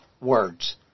words